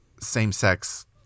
same-sex